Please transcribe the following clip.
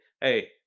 hey